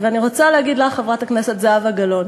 ואני רוצה להגיד לך, חברת הכנסת זהבה גלאון,